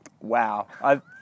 wow